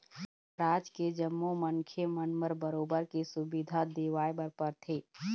राज के जम्मो मनखे मन बर बरोबर के सुबिधा देवाय बर परथे